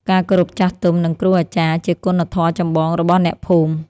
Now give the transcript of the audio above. ការគោរពចាស់ទុំ និងគ្រូអាចារ្យ ជាគុណធម៌ចម្បងរបស់អ្នកភូមិ។